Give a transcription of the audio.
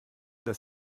dass